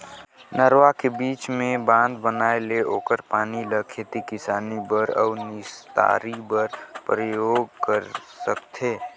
नरूवा के बीच मे बांध बनाये ले ओखर पानी ल खेती किसानी बर अउ निस्तारी बर परयोग कर सकथें